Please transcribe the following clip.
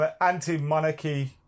anti-monarchy